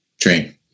train